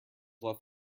left